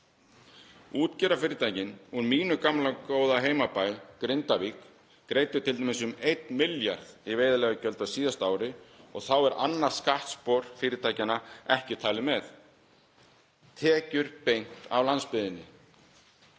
Útgerðarfyrirtækin úr mínu gamla, góða heimabæ, Grindavík, greiddu t.d. um 1 milljarð í veiðileyfagjöld á síðasta ári og þá er annað skattspor fyrirtækjanna ekki talið með. Tekjur beint af landsbyggðinni.